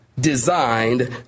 designed